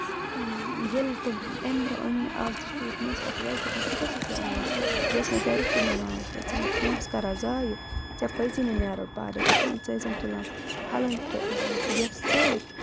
ییٚلہِ تہِ اَمہِ برونٛہہ أنۍ مےٚ اَکھ زٕ سوٗٹھ مےٚ ٲسۍ تَتھ ویس دَپان ژٕ کیٛاہ چھَکھ یہِ اَنان بیٚیہِ ٲسۍ مےٚ گَرِکۍ تہِ وَنان ژٕ چھَکھ پونٛسہٕ کَران زایہِ ژےٚ پٔزی نہٕ نیرُن پانِے کِہیٖنۍ ژٕ ٲزین تُلان پھَلٲنۍ فری وؠس سۭتۍ